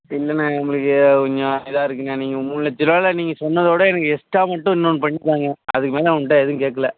இல்லண்ணே எங்களுக்கு கொஞ்சம் இதாக இருக்குண்ணே நீங்கள் மூணு லட்ச ரூபால நீங்கள் சொன்னதோட எனக்கு எக்ஸ்ட்ரா மட்டும் இன்னொன்னு பண்ணித் தாங்க அதுக்கு மேலே உங்கள்ட்ட எதுவும் கேக்கல